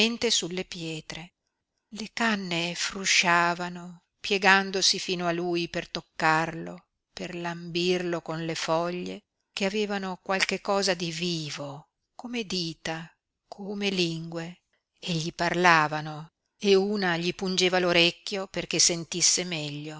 sulle pietre le canne frusciavano piegandosi fino a lui per toccarlo per lambirlo con le foglie che avevano qualche cosa di vivo come dita come lingue e gli parlavano e una gli pungeva l'orecchio perché sentisse meglio